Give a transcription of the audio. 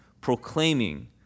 proclaiming